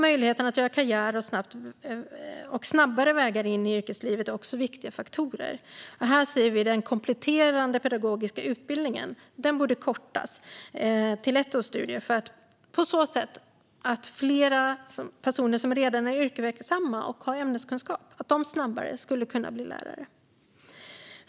Möjligheten att göra karriär och snabbare vägar in i läraryrket är också viktiga faktorer. Här ser vi att den kompletterande pedagogiska utbildningen borde kortas till ett års studier för att fler redan yrkesverksamma personer med ämneskunskaper snabbare ska kunna bli lärare.